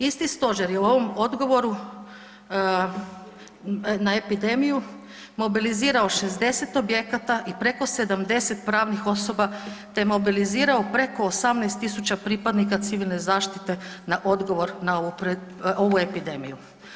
Isti Stožer je u ovom odgovoru na epidemiju mobilizirao 60 objekata i preko 70 pravnih osoba te mobilizirao preko 18 tisuća pripadnika civilne zaštite na odgovor na ovu epidemiju.